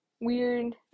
weird